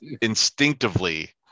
instinctively